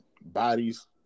bodies